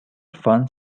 found